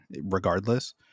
regardless